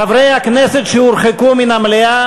חברי הכנסת שהורחקו מן המליאה,